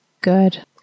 good